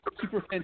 super